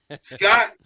Scott